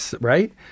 right